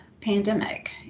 pandemic